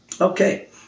okay